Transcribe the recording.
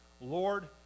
Lord